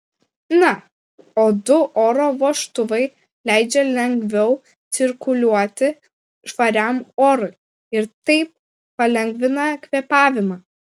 na o du oro vožtuvai leidžia lengviau cirkuliuoti švariam orui ir taip palengvina kvėpavimą